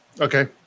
okay